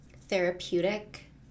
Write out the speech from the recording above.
therapeutic